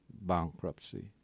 bankruptcy